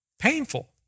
Painful